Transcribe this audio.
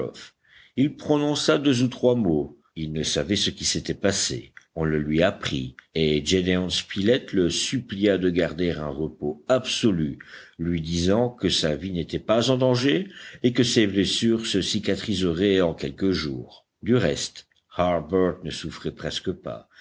il prononça deux ou trois mots il ne savait ce qui s'était passé on le lui apprit et gédéon spilett le supplia de garder un repos absolu lui disant que sa vie n'était pas en danger et que ses blessures se cicatriseraient en quelques jours du reste harbert ne souffrait presque pas